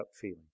feeling